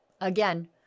Again